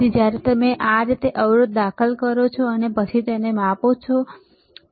તેથી જ્યારે તમે આ રીતે અવરોધ દાખલ કરો અને પછી તમે તેને માપો બરાબર